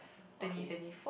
okay